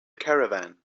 caravan